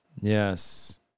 Yes